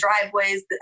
driveways